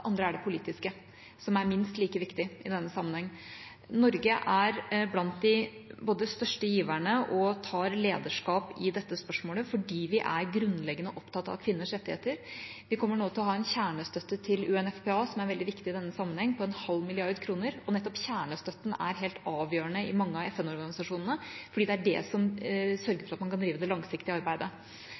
andre er det politiske, som er minst like viktig i denne sammenhengen. Norge er blant de største giverne og tar lederskap i dette spørsmålet fordi vi er grunnleggende opptatt av kvinners rettigheter. Vi kommer nå til å ha en kjernestøtte til UNFPA, som er veldig viktig i denne sammenheng, på en halv milliard kroner, og nettopp kjernestøtten er helt avgjørende i mange av FN-organisasjonene, fordi det er det som sørger for at man kan drive det langsiktige arbeidet.